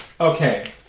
okay